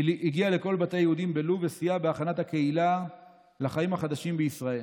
הגיע לכל בתי היהודים בלוב וסייע בהכנת הקהילה לחיים החדשים בישראל.